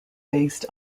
based